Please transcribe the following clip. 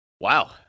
Wow